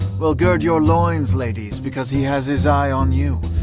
well, gird your loins, ladies, because he has his eye on you.